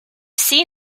see